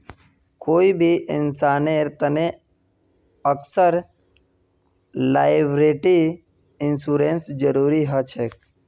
कोई भी इंसानेर तने अक्सर लॉयबिलटी इंश्योरेंसेर जरूरी ह छेक